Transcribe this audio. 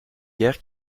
guère